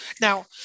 Now